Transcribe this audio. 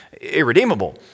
irredeemable